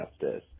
justice